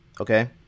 okay